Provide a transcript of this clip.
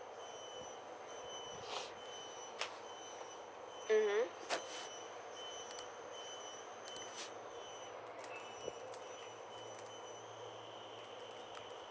mmhmm